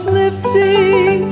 lifting